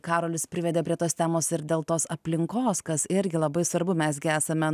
karolis privedė prie tos temos ir dėl tos aplinkos kas irgi labai svarbu mes gi esame